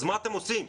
אז מה אתם עושים?